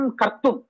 Kartu